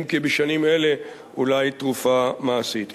אם כי בשנים אלה, אולי תרופה מעשית.